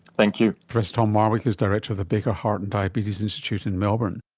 thank you. professor tom marwick is director of the baker heart and diabetes institute in melbourne